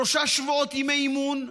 שלושה שבועות ימי אימון,